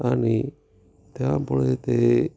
आणि त्यामुळे ते